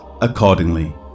accordingly